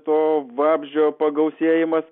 to vabzdžio pagausėjimas